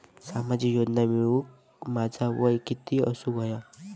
सामाजिक योजना मिळवूक माझा वय किती असूक व्हया?